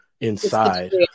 inside